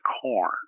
corn